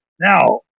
Now